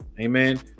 amen